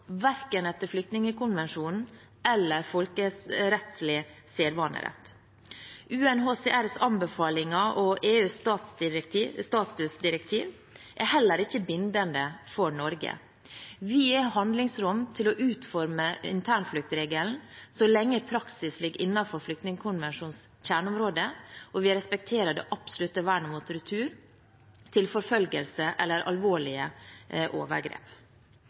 verken etter flyktningkonvensjonen eller etter folkerettslig sedvanerett. UNHCRs anbefalinger og EUs statusdirektiv er heller ikke bindende for Norge. Vi har handlingsrom til å utforme internfluktregelen så lenge praksis ligger innenfor flyktningkonvensjonens kjerneområde, og vi respekterer det absolutte vern mot retur til forfølgelse eller alvorlige overgrep.